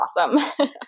awesome